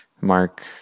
mark